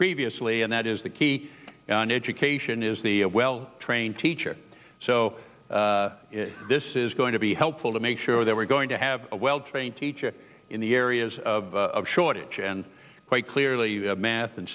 previously and that is the key in education is the a well trained teacher so this is going to be helpful to make sure that we're going to have a well trained teacher in the areas of shortage and quite clearly the math and